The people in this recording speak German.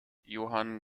johann